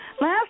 Last